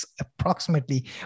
approximately